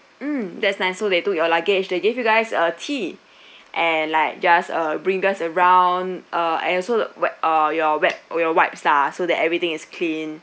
mm that's nice so they took your luggage they give you guys err tea and like just uh brings you around uh and also wet uh your wet your wipes ah so that everything is clean